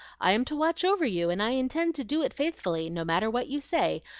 i am to watch over you, and i intend to do it faithfully, no matter what you say,